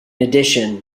addition